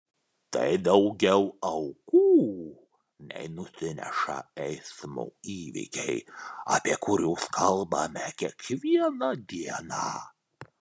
tai daugiau aukų nei nusineša eismo įvykiai apie kuriuos kalbame kiekvieną dieną